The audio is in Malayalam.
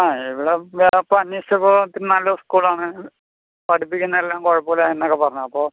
ആ ഇവിടെ ഇപ്പോൾ അന്വേഷിച്ചപ്പോൾ നല്ല സ്കൂളാണ് പഠിപ്പിക്കുന്നതെല്ലാം കുഴപ്പമില്ല എന്നൊക്കെ പറഞ്ഞു അപ്പോൾ